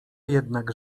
jednak